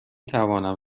توانم